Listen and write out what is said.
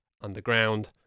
underground